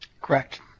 Correct